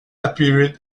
appeared